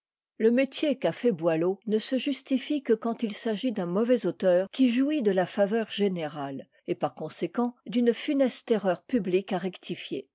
le métier qu'a fait boileau ne se justifie que quand il s'agit d'un mauvais auteur qui jouit de la faveur générale et par conséquent d'une funeste erreur publique à rectifier